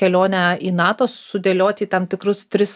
kelionę į nato sudėlioti į tam tikrus tris